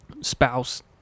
spouse